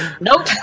Nope